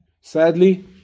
sadly